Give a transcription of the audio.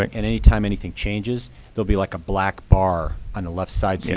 and anytime anything changes they'll be like a black bar on the left side, yeah